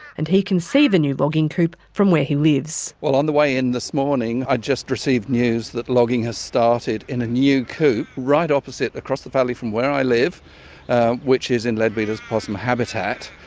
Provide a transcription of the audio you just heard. and he can see the new logging coupe from where he lives. well, on the way in this morning i just received news that logging has started in a new coupe right opposite across the valley from where i live which is in leadbeater's possum habitat.